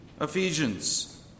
Ephesians